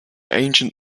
ancient